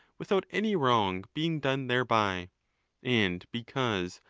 without any wrong being done thereby and because,